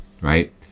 right